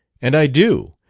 and i do.